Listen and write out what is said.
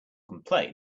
complain